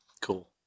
cool